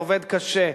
העובד קשה,